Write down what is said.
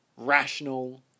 Rational